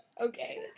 Okay